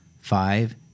five